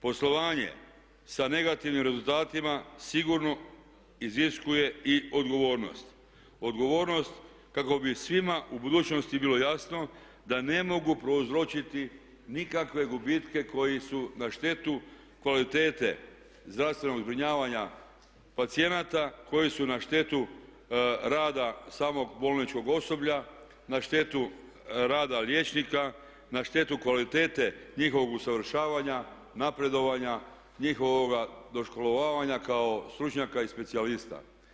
Poslovanje sa negativnim rezultatima sigurno iziskuje i odgovornost, odgovornost kako bi svima u budućnosti bilo jasno da ne mogu prouzročiti nikakve gubitke koji su na štetu kvalitete zdravstvenog zbrinjavanja pacijenata, koji su na štetu rada samog bolničkog osoblja, na štetu rada liječnika, na štetu kvalitete njihovog usavršavanja, napredovanja, njihovoga doškolovanja kao stručnjaka i specijalista.